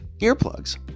earplugs